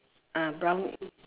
ah brown